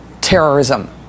terrorism